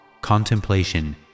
contemplation